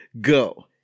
Go